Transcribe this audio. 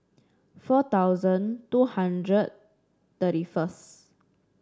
four thousand two hundred thirty first